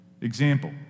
Example